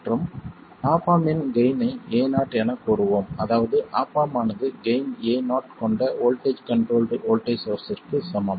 மற்றும் op amp இன் gain ஐக் Ao எனக் கூறுவோம் அதாவது ஆப் ஆம்ப் ஆனது கெய்ன் Ao கொண்ட வோல்ட்டேஜ் கண்ட்ரோல்ட் வோல்ட்டேஜ் சோர்ஸ்ற்குச் சமம்